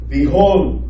Behold